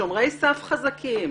בשומרי סף חזקים,